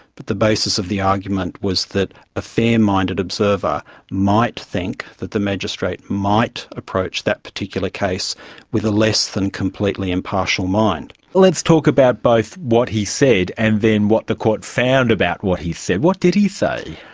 but the basis of the argument was that a fair-minded observer might think that the magistrate might approach that particular case with a less than completely impartial mind. let's talk about both what he said and then what the court found about what he said. what did he say?